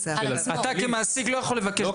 אתה כמעסיק לא יכול לבקש בשבילו.